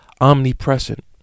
omnipresent